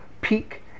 peak